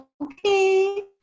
okay